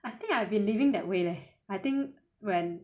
I think I've been living that way leh I think when